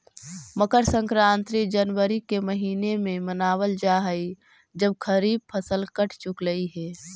मकर संक्रांति जनवरी के महीने में मनावल जा हई जब खरीफ फसल कट चुकलई हे